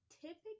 typically